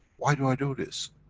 why do i do this?